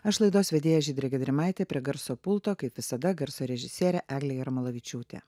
aš laidos vedėja žydrė gedrimaitė prie garso pulto kaip visada garso režisierė eglė jarmolavičiūtė